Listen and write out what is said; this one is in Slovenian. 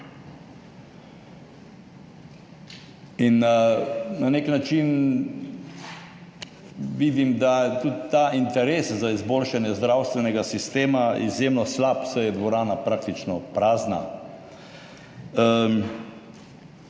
in na nek način vidim, da je tudi ta interes za izboljšanje zdravstvenega sistema izjemno slab, saj je dvorana praktično prazna.